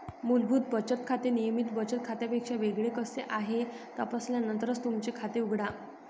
मूलभूत बचत खाते नियमित बचत खात्यापेक्षा वेगळे कसे आहे हे तपासल्यानंतरच तुमचे खाते उघडा